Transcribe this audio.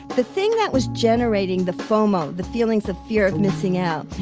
the thing that was generating the fomo, the feelings of fear of missing out,